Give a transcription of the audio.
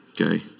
Okay